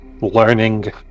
learning